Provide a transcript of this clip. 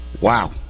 wow